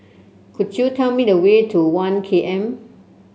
could you tell me the way to One K M